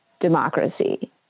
democracy